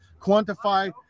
quantify